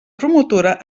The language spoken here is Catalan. promotora